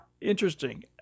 Interesting